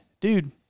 dude